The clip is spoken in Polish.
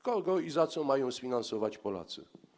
Kogo i za co mają sfinansować Polacy?